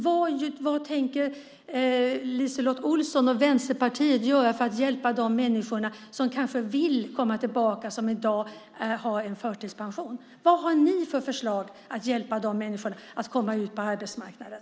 Vad tänker LiseLotte Olsson och Vänsterpartiet göra för att hjälpa de människor som kanske vill komma tillbaka men som i dag har en förtidspension? Vad har ni för förslag att hjälpa de människorna att komma ut på arbetsmarknaden?